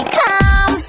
come